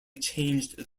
changed